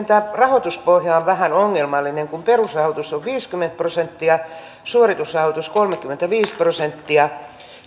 tämä rahoituspohja on vähän ongelmallinen kun perusrahoitus on viisikymmentä prosenttia suoritusrahoitus on kolmekymmentäviisi prosenttia